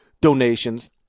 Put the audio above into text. donations